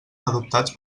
adoptats